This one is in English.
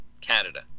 Canada